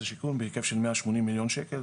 השיכון בהיקף של מאה שמונים מיליון שקל,